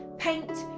paint,